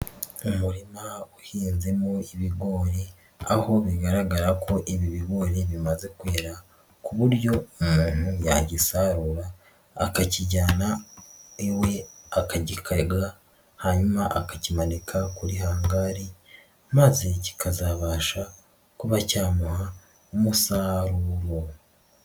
Umurima uhinzemo ibigori aho bigaragara ko ibi bigori bimaze kugera ku buryo umuntu yagisarura akakijyana iwe akagikaga hanyuma akakimanika kuri hangari maze kikazabasha kuba cyamuha umusaruro.